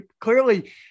clearly